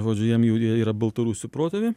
žodžiu jam jau jie yra baltarusių protėviai